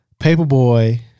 Paperboy